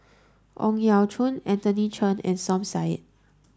Ang Yau Choon Anthony Chen and Som Said